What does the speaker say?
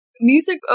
Music